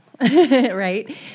right